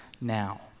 now